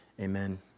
amen